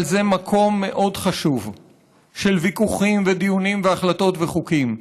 אבל זה מקום מאוד חשוב של ויכוחים ודיונים והחלטות וחוקים.